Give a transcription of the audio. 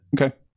Okay